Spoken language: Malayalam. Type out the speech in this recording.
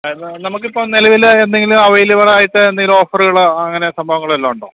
അതായത് നമുക്കിപ്പോള് നിലവില് എന്തെങ്കിലും അവൈലബിളായിട്ട് എന്തെങ്കിലും ഓഫറുകളോ അങ്ങനെ സംഭവങ്ങള് വല്ലതുമുണ്ടോ